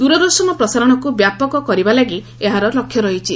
ଦୂରଦର୍ଶନ ପ୍ରସାରଣକୁ ବ୍ୟାପକ କରିବା ଏହାର ଲକ୍ଷ୍ୟ ରହିଛି